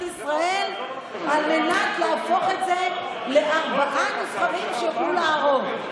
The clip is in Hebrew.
ישראל על מנת להפוך את זה לארבעה נבחרים שיוכלו לערוק?